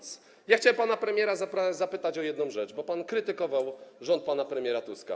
Chciałem pana premiera zapytać o jedną rzecz, bo pan krytykował rząd pana premiera Tuska.